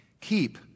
keep